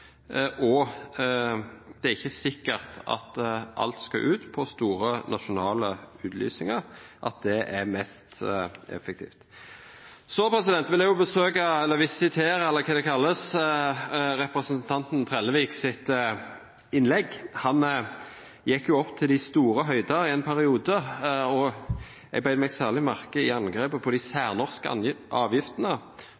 og det er ikke sikkert at det er mest effektivt at alt skal ut på store nasjonale utlysninger. Så vil jeg også besøke – eller visitere eller hva det kalles – representanten Trelleviks innlegg. Han gikk i en periode opp til de store høyder, og jeg bet meg særlig merke i angrepet på de